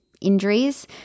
injuries